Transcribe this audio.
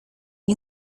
que